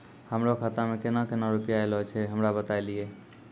हमरो खाता मे केना केना रुपैया ऐलो छै? हमरा बताय लियै?